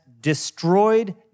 destroyed